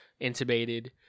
intubated